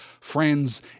friends